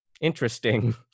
interesting